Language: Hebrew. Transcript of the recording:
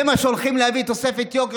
זה מה שהולכים להביא תוספת יוקר,